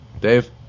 Dave